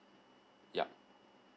yup